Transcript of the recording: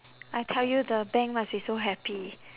I tell you the bank must be so happy